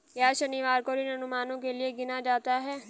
क्या शनिवार को ऋण अनुमानों के लिए गिना जाता है?